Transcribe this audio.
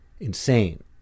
insane